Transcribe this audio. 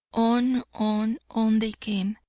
on, on, on they came,